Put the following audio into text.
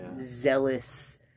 zealous